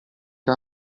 che